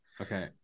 Okay